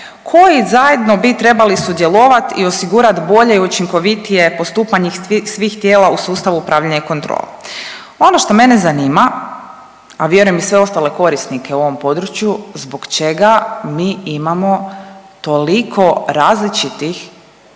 koji zajedno bi trebali sudjelovati i osigurati bolje i učinkovitije postupanje svih tijela u sustavu upravljanja i kontrola. Ono što mene zanima, a vjerujem i sve ostale korisnike u ovom području, zbog čega mi imamo toliko različitih